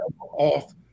off